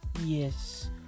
Yes